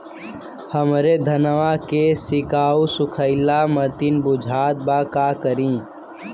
हमरे धनवा के सीक्कउआ सुखइला मतीन बुझात बा का करीं?